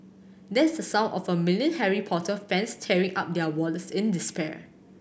that's the sound of a million Harry Potter fans tearing up their wallets in despair